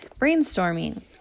brainstorming